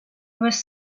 was